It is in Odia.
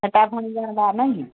ସେଟା ଭଲ୍ ଜାଗା ନାଇଁ